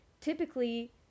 typically